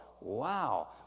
Wow